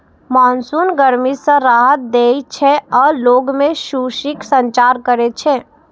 monsoon गर्मी सं राहत दै छै आ लोग मे खुशीक संचार करै छै